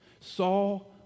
Saul